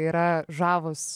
yra žavūs